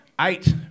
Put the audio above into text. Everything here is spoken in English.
Eight